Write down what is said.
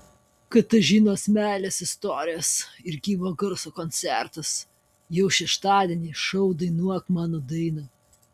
katažinos meilės istorijos ir gyvo garso koncertas jau šeštadienį šou dainuok mano dainą